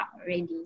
already